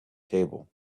table